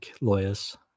lawyers